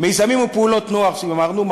מיזמים ופעולות נוער, אמרנו.